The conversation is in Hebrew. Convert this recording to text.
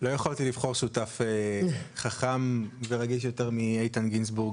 לא יכולתי לבחור שותף חכם ורגיש יותר מאיתן גינזבורג